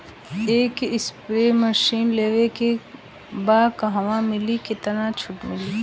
एक spray machine लेवे के बा कहवा मिली केतना छूट मिली?